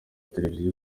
televiziyo